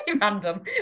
random